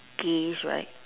gays right